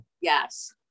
Yes